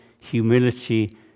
humility